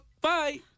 bye